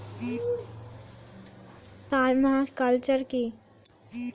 Parma culture কি?